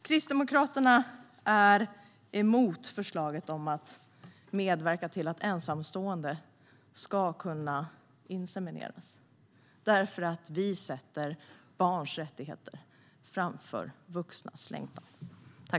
Kristdemokraterna är emot förslaget om att medverka till att ensamstående kvinnor ska kunna insemineras därför att vi sätter barns rättigheter framför vuxnas längtan.